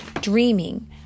dreaming